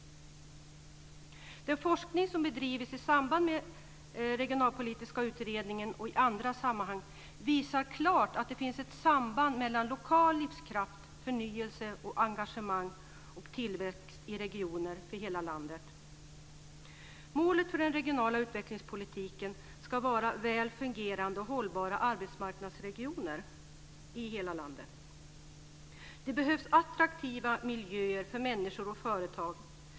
Den forskning som bedrivits i samband med den regionalpolitiska utredningen och i andra sammanhang visar klart att det finns ett samband mellan lokal livskraft, förnyelse och engagemang och tillväxt i regioner för hela landet. Målet för den regionala utvecklingspolitiken ska vara väl fungerande och hållbara arbetsmarknadsregioner i hela landet. Det behövs attraktiva miljöer för människor och företag.